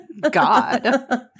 God